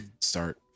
start